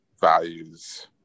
values